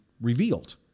revealed